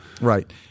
Right